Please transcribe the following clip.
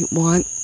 want